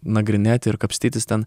nagrinėti ir kapstytis ten